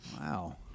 Wow